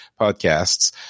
podcasts